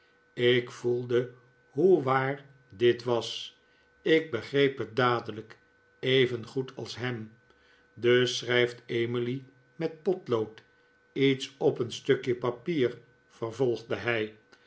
ik voelde hoe waar dit was ik begreep het dadelijk evengoed als ham dus schrijft emily met potlood iets op een stukje papier vervolgde hij